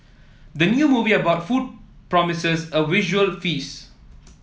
the new movie about food promises a visual feast